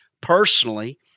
personally